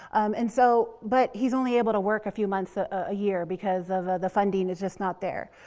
and so, but he's only able to work a few months ah a year because of the funding is just not there.